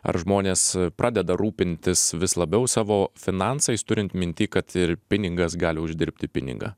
ar žmonės pradeda rūpintis vis labiau savo finansais turint minty kad ir pinigas gali uždirbti pinigą